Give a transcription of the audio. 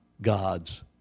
God's